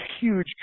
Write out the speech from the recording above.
huge